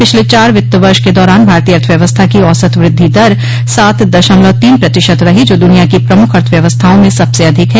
पिछले चार वित्त वष के दौरान भारतीय अर्थव्यवस्था की औसत वृद्धि दर सात दशमलव तीन प्रतिशत रही जो दुनिया की प्रमुख अर्थव्यवस्थाओं में सबसे अधिक है